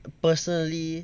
personally